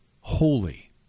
holy